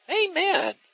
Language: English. Amen